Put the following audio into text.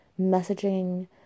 messaging